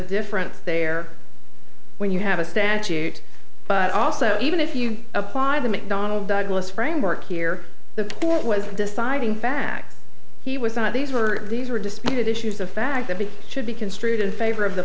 difference there when you have a statute but also even if you applied the mcdonnell douglas framework here the point was deciding facts he was not these were these were disputed issues the fact that he should be construed in favor of the